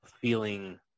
feeling